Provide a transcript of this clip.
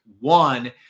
one